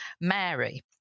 Mary